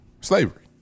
slavery